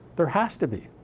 there has to be.